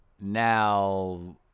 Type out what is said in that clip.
now